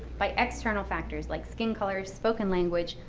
by external factors like skin color, spoken language,